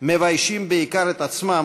מביישים בעיקר את עצמם,